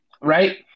Right